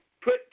put